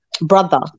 brother